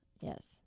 Yes